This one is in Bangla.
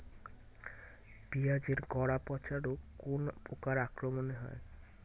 পিঁয়াজ এর গড়া পচা রোগ কোন পোকার আক্রমনে হয়?